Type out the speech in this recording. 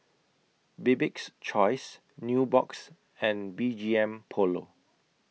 Bibik's Choice Nubox and B G M Polo